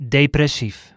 depressief